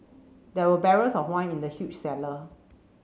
there were barrels of wine in the huge cellar